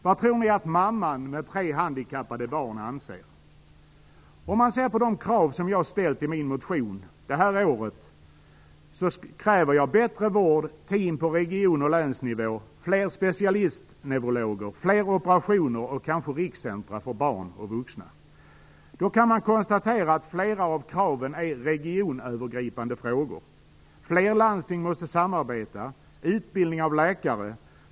Vad tror ni att mamman med tre handikappade barn anser? I min motion i år kräver jag bättre vård, team på region och länsnivå, fler specialistneurologer, fler operationer och kanske rikscentra för barn och vuxna. Jag kan konstatera att flera av kraven gäller regionövergripande frågor. Flera landsting måste samarbeta. Det gäller t.ex. utbildning av läkare.